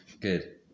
Good